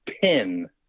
pin